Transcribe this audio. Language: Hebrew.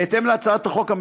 בהתאם להצעת החוק,